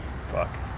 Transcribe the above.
Fuck